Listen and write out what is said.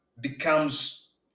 becomes